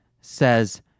says